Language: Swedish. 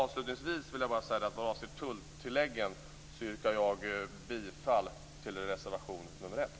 Avslutningsvis yrkar jag vad avser tulltilläggen bifall till reservation 1.